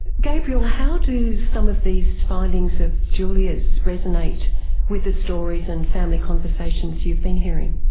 gabrielle, how do some of these findings of julia's resonate with the stories and family conversations you've been hearing?